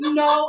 no